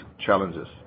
challenges